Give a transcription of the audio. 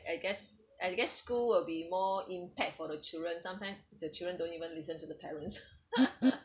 I guess I guess school will be more impact for the children sometimes the children don't even listen to the parents